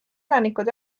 elanikud